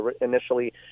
initially